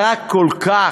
רע כל כך,